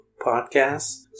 Podcasts